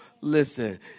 Listen